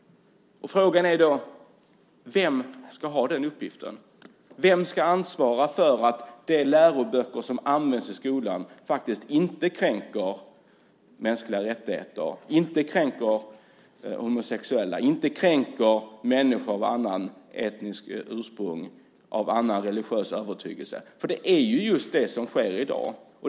Frågan är då vem som ska ha den uppgiften. Vem ska ansvara för att de läroböcker som används i skolan faktiskt inte kränker mänskliga rättigheter, inte kränker homosexuella och inte heller kränker människor av annat etniskt ursprung eller av annan religiös övertygelse? Det är ju just det som sker i dag.